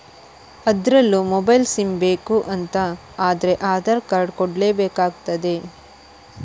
ಅದ್ರಲ್ಲೂ mobile sim ಬೇಕು ಅಂತ ಆದ್ರೆ ಆಧಾರ್ ಕಾರ್ಡ್ ಕೊಡ್ಲೇ ಬೇಕಾಗ್ತದೆ